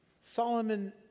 Solomon